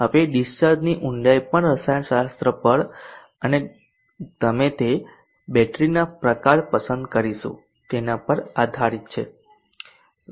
હવે ડીસ્ચાર્જની ઊંડાઈ પણ રસાયણશાસ્ત્ર પર અને તમે તે બેટરીના પ્રકાર પસંદ કરીશું તેના પર આધારિત છે